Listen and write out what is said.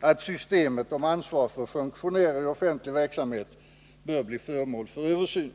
att systemet om ansvar för funktionärer i offentlig verksamhet bör bli föremål för översyn.